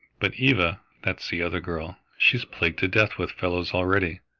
but eva that's the other girl she's plagued to death with fellows already,